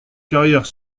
carrières